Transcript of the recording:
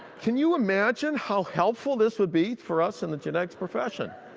can you imagine how helpful this would be for us in the genetics profession?